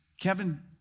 Kevin